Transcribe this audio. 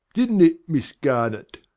didn't it, miss garnett?